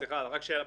סליחה, רק שאלה.